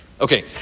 Okay